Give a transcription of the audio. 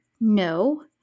no